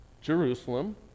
Jerusalem